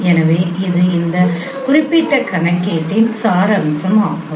எனவே இது இந்த குறிப்பிட்ட கணக்கீட்டின் சாராம்சமாகும்